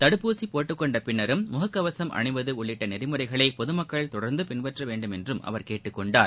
தடுப்பூசி போட்டுக் கொண்ட பின்னரும் முக கவசும் அணிவது உள்ளிட்ட நெறிமுறைகளை பொதுமக்கள் தொடர்ந்து பின்பற்ற வேண்டுமென்றும் அவர் கேட்டுக் கொண்டார்